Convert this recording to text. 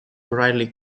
brightly